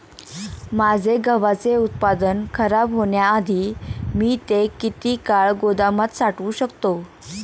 माझे गव्हाचे उत्पादन खराब होण्याआधी मी ते किती काळ गोदामात साठवू शकतो?